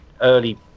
early